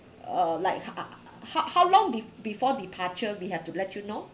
uh like ho~ how how long be~ before departure we have to let you know